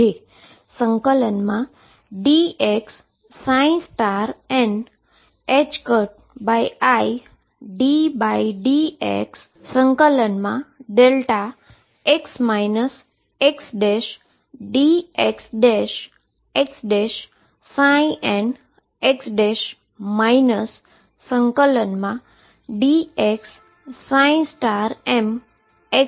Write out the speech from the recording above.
જે ∫dx niddx ∫δx xdxxnx ∫dx m છે